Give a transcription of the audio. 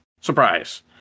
Surprise